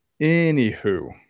Anywho